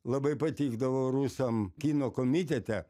labai patikdavo rusam kino komitete